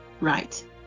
right